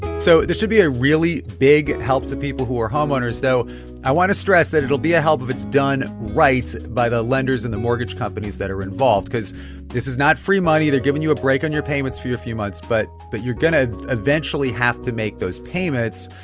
so this should be a really big help to people who are homeowners, though i want to stress that it'll be a help if it's done right by the lenders and the mortgage companies that are involved cause this is not free money. they're giving you a break on your payments for a few months, but but you're going to eventually have to make those payments.